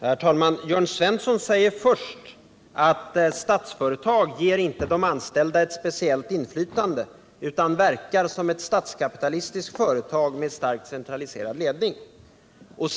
Herr talman! Jörn Svensson säger först att Statsföretag ger inte de anställda ett speciellt inflytande utan verkar som ett statskapitalistiskt företag med starkt centraliserad ledning.